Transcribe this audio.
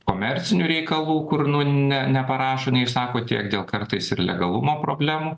komercinių reikalų kur nu ne neparašo neišsako tiek dėl kartais ir legalumo problemų